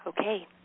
Okay